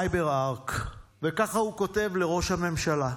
סייברארק, וככה הוא כותב לראש הממשלה,